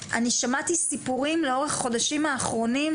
אני שמעתי סיפורים לאורך החודשים האחרונים,